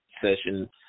session